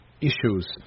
issues